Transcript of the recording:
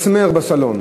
מסמר בסלון.